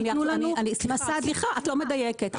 סליחה, את לא מדייקת.